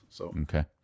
Okay